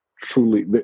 Truly